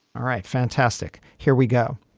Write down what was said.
all right fantastic. here we go.